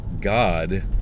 God